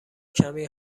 کمی